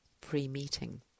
pre-meeting